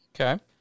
Okay